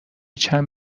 چندین